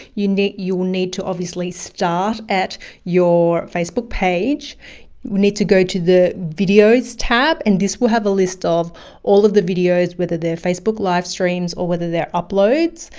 you'll need you'll need to obviously start at your facebook page we need to go to the videos tab and this will have a list of all of the videos, whether they're facebook livestreams or whether they're uploads.